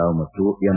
ರಾವ್ ಮತ್ತು ಎಂ